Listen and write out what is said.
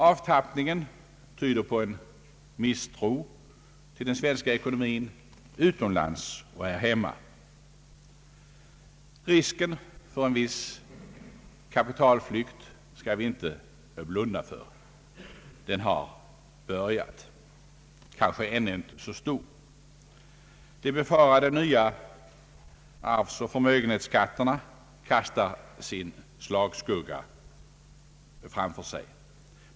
Avtappningen tyder på en misstro till den svenska: ekonomin utomlands och här hemma. Risken för en viss kapitalflykt skall vi inte blunda för. Den har börjat, fastän den ännu inte är så stor. De befarade nya arysoch förmögenhetsskatterna kastar sin slagskugga framför sig.